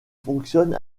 fonctionne